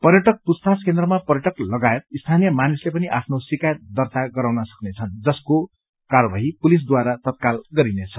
पर्यटक पूछताछ केन्द्रमा पर्यटक लगायत स्थानीय मानिसले पनि आफ्नो शिकायत दर्ता गराउन सक्नेछन् जसको कार्यवाही पुलिसद्वारा तत्काल गरिनेछ